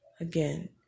Again